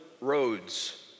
roads